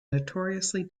notoriously